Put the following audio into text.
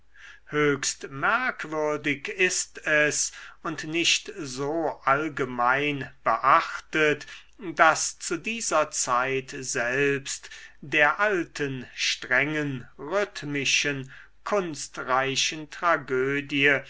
höchst merkwürdig ist es und nicht so allgemein beachtet daß zu dieser zeit selbst der alten strengen rhythmischen kunstreichen tragödie